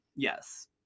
Yes